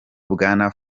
bwana